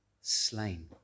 slain